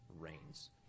reigns